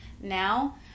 Now